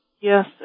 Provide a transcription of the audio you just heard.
Yes